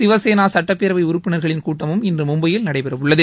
சிவசேனா சுட்டப்பேரவை உறுப்பினர்களின் கூட்டமும் இன்று மும்பையில் நடைபெற உள்ளது